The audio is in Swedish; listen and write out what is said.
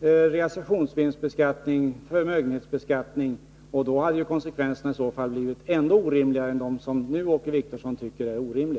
realisationsvinstbeskattningen och förmögenhetsbeskattningen. I så fall hade konsekvenserna blivit ännu orimligare än vad de nu blir, och Åke Wictorsson tycker ju att de är orimliga.